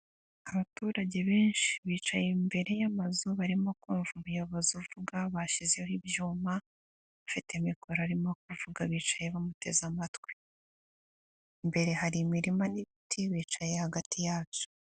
Abaturage benshi bicaye imbere y'amazu, barimo kumva umuyobozi uvuga bashyizeho ibyuma bafite mikoro, arimo kuvuga bicaye bamuteze amatwi, imbere hari imirima n'ibiti bicaye hagati yabyo.